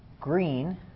green